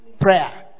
prayer